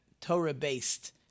Torah-based